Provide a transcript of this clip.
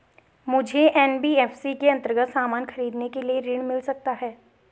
मुझे एन.बी.एफ.सी के अन्तर्गत सामान खरीदने के लिए ऋण मिल सकता है?